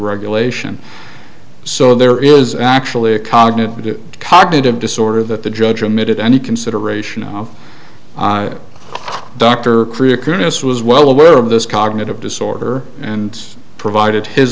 regulation so there is actually a cognitive cognitive disorder that the judge emitted any consideration of dr korea coonass was well aware of this cognitive disorder and provided his